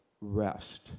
rest